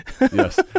Yes